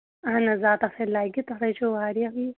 اَہَن حظ آ تَتھ لَگہِ تَتھ چھُ واریاہ